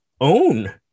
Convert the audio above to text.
own